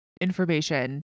information